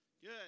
Good